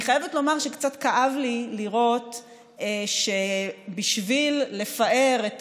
אני חייבת לומר שקצת כאב לי לראות שבשביל לפאר את